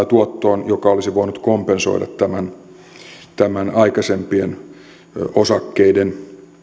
tuottoon joka olisi voinut kompensoida tämän tämän aikaisempien osakkeiden